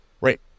right